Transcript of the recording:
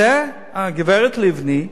זו הגברת לבני,